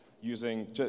using